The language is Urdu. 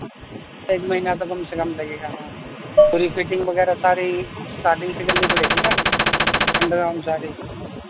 ایک مہینہ تو کم سے کم لگے گا ہاں پوری فٹنگ وغیرہ ساری اسٹارٹنگ سے کرنی پڑے گی نا انڈر گراؤنڈ ساری